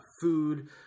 food